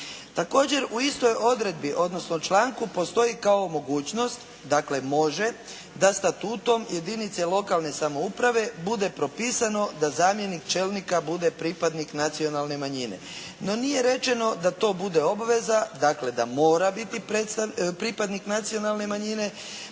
Također, u istoj odredbi odnosno članku postoji kao mogućnost, dakle može da statutom jedinice lokalne samouprave bude propisano da zamjenik čelnika bude pripadnik nacionalne manjine, no nije rečeno da to bude obveza dakle da mora biti pripadnik nacionalne manjine,